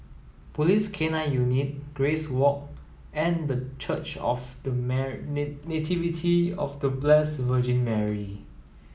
Police K nine Unit Grace Walk and the Church of The Nativity of The Blessed Virgin Mary